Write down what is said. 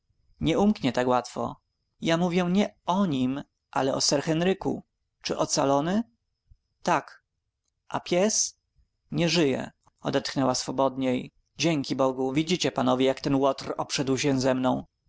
nie umknie tak łatwo ja mówię nie o nim ale o sir henryku czy ocalony tak a pies nie żyje odetchnęła swobodniej dzięki bogu widzicie panowie jak ten łotr obszedł się ze mną